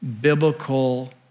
biblical